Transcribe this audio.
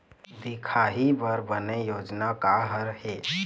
दिखाही बर बने योजना का हर हे?